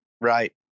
Right